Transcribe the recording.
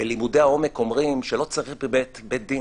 בלימודי העומק אומרים שלא צריך בית דין,